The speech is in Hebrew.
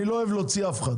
אני לא אוהב להוציא אף אחד.